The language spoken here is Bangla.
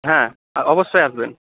হ্যাঁ অবশ্যই আসবেন